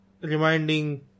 reminding